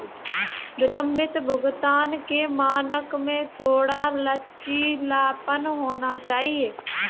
विलंबित भुगतान के मानक में थोड़ा लचीलापन होना चाहिए